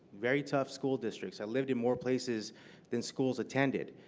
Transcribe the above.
very tough school districts. i lived in more places than schools attended,